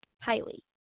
highly